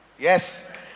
yes